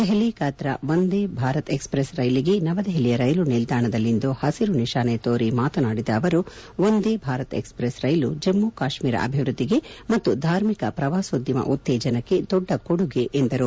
ದೆಹಲಿ ಕತ್ತೂ ವಂದೇ ಭಾರತ್ ಎಕ್ಸ್ಪ್ರೆಸ್ ರೈಲಿಗೆ ನವದೆಹಲಿಯ ರೈಲು ನಿಲ್ದಾಣದಲ್ಲಿಂದು ಪಸಿರು ನಿಶಾನೆ ತೋರಿ ಮಾತನಾಡಿದ ಅವರು ವಂದೇ ಭಾರತ್ ಎಕ್ಸ್ಪ್ರೆಸ್ ರೈಲು ಜಮ್ಮ ಕಾಶ್ಣೀರ ಅಭಿವೃದ್ದಿಗೆ ಮತ್ತು ಧಾರ್ಮಿಕ ಪ್ರವಾಸೋದ್ಯಮ ಉತ್ತೇಜನಕ್ಕೆ ದೊಡ್ಡ ಕೊಡುಗೆ ಎಂದರು